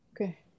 Okay